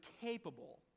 capable